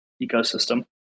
ecosystem